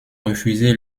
refusé